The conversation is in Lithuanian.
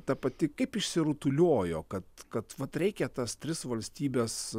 ta pati kaip išsirutuliojo kad kad vat reikia tas tris valstybes